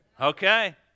Okay